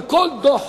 כל דוח